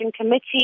committee